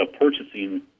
purchasing